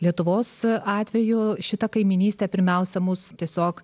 lietuvos atveju šita kaimynystė pirmiausia mus tiesiog